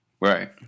Right